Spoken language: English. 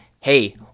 hey